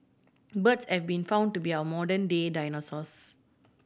birds have been found to be our modern day dinosaurs